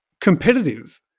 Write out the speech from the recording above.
competitive